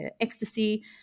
ecstasy